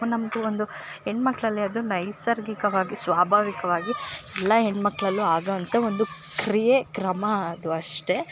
ನಮಗು ಒಂದು ಹೆಣ್ ಮಕ್ಕಳಲ್ಲಿ ಅದು ನೈಸರ್ಗಿಕವಾಗಿ ಸ್ವಾಭಾವಿಕವಾಗಿ ಎಲ್ಲ ಹೆಣ್ಣು ಮಕ್ಕಳಲ್ಲು ಆಗೋವಂಥ ಒಂದು ಕ್ರಿಯೆ ಕ್ರಮ ಅದು ಅಷ್ಟೇ